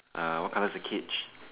uh what colour is the cage